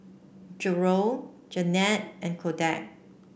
Jerrold Janette and Koda